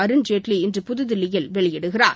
அருண்ஜேட்லி இன்று புதுதில்லியில் வெளியிடுகிறார்